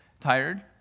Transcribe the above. tired